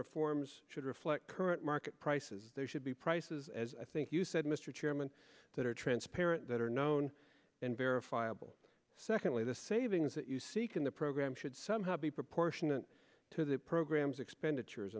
reforms should reflect current market prices they should be prices as i think you said mr chairman that are transparent that are known and verifiable secondly the savings that you seek in the program should somehow be proportionate to the program's expenditures